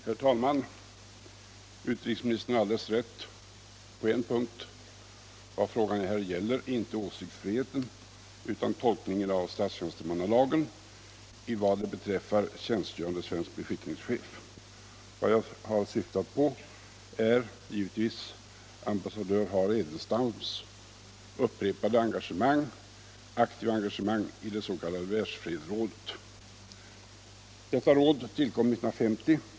Herr talman! Utrikesministern har alldeles rätt på en punkt. Vad frågan här gäller är inte åsiktsfriheten utan tolkningen av statstjänstemannalagen i vad beträffar tjänstgörande svensk beskickningschef. Vad jag har syftat på är givetvis ambassadör Harald Edelstams upprepade aktiva engagemang i det s.k. Världsfredsrådet. Detta råd tillkom 1950.